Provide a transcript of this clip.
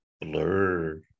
blur